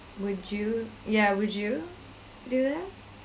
would you ya would you do that